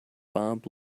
bob